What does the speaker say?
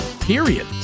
period